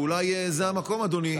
אולי זה המקום, אדוני,